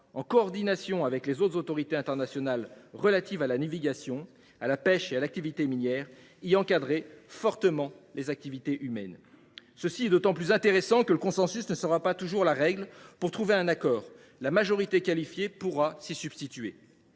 en coordination avec les autres autorités internationales chargées de la navigation, de la pêche et de l’activité minière, encadrer fortement les activités humaines. Cela est d’autant plus intéressant que le consensus ne sera pas toujours la règle pour trouver un accord ; la majorité qualifiée pourra s’y substituer.